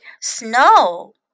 Snow